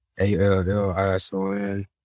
A-L-L-I-S-O-N